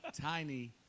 Tiny